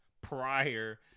prior